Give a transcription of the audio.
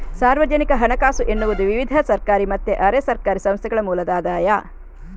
ಸಾರ್ವಜನಿಕ ಹಣಕಾಸು ಎನ್ನುವುದು ವಿವಿಧ ಸರ್ಕಾರಿ ಮತ್ತೆ ಅರೆ ಸರ್ಕಾರಿ ಸಂಸ್ಥೆಗಳ ಮೂಲದ ಆದಾಯ